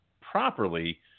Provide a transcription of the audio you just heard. properly